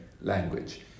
language